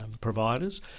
providers